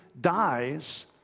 dies